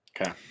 Okay